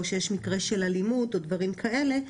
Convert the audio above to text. או שיש מקרה של אלימות או דברים כאלה,